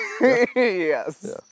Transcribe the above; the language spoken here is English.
yes